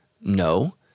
No